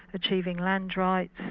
achieving land rights,